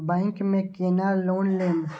Bank में केना loan लेम?